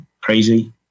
crazy